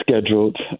scheduled